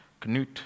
Knut